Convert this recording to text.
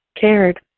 cared